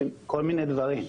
כלומר,